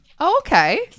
Okay